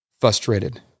frustrated